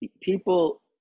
People